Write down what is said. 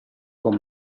con